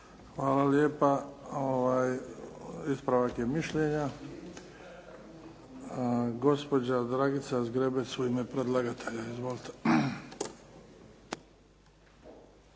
Hvala lijepa. Ispravak je mišljenja. Gospođa Dragica Zgrebec u ime predlagatelja. Izvolite.